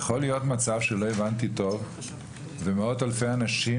האם יכול להיות שלא הבנתי טוב ומאות אלפי אנשים